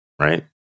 right